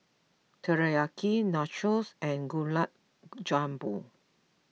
Teriyaki Nachos and Gulab Jamun